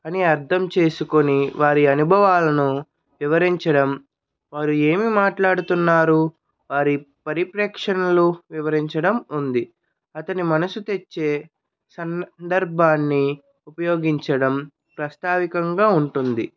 అని అర్థం చేసుకొని వారి అనుభవాలను వివరించడం వారు ఏమి మాట్లాడుతున్నారు వారి పరిప్రేక్షణలో వివరించడం ఉంది అతని మనసు తెచ్చే సందర్భాన్ని ఉపయోగించడం ప్రస్తావికంగా ఉంటుంది